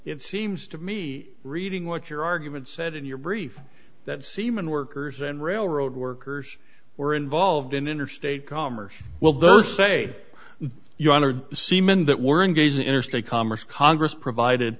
it seems to me reading what your argument said in your brief that semen workers and railroad workers were involved in interstate commerce well there say you want to see men that were engaged in interstate commerce congress provided